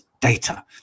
data